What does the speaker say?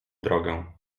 drogę